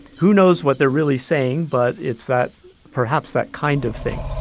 who knows what they're really saying? but it's that perhaps that kind of thing